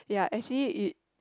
ya actually it